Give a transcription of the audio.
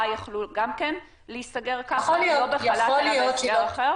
יכלו גם כן להיסגר ככה לא בחל"ת אלא בהסדר אחר?